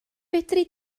fedri